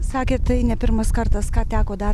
sakėt tai ne pirmas kartas ką teko dar